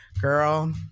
girl